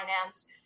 finance